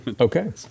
Okay